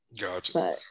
Gotcha